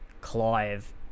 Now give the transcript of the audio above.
Clive